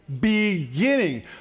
beginning